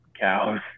cows